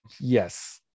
yes